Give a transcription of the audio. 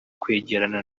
kwegerana